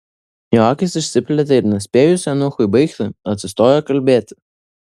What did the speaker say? jo akys išsiplėtė ir nespėjus eunuchui baigti atsistojo kalbėti